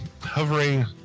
hovering